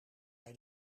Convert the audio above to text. hij